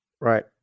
Right